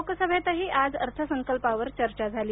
लोकसभेतही आज अर्थ संकल्पावर चर्चा झाली